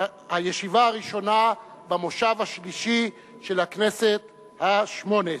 הישיבה הראשונה במושב השלישי של הכנסת השמונה-עשרה.